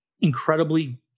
incredibly